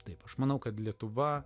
taip aš manau kad lietuva